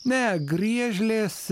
ne griežlės